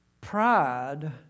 Pride